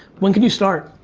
when can you start?